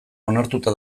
onartuta